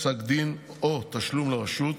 פסק דין או תשלום לרשות),